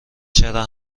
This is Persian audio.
چرا